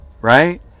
right